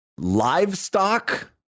Livestock